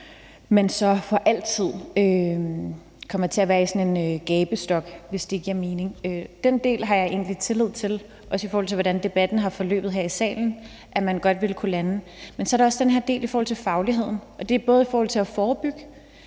man så for altid kommer til at være i sådan en gabestok – hvis det giver mening. Den del har jeg egentlig tillid til, også i forhold til hvordan debatten har forløbet her i salen, at man godt ville kunne lande. Men så er der også den her del om fagligheden, og det er både i forhold til at forebygge,